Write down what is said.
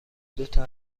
دوتا